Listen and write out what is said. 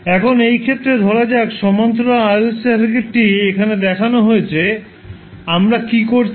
এখন এই ক্ষেত্রে ধরা যাক সমান্তরাল RLC সার্কিটটি এখানে দেখানো হয়েছে আমরা কী করছি